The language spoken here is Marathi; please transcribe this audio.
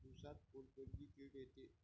ऊसात कोनकोनची किड येते?